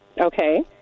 Okay